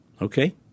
Okay